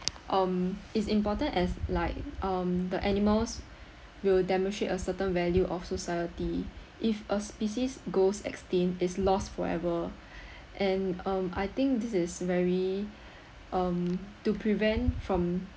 um it's important as like um the animals will demonstrate a certain value of society if a species goes extinct it's lost forever and um I think this is very um to prevent from